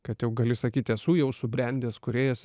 kad jau gali sakyti esu jau subrendęs kūrėjas